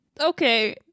Okay